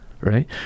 right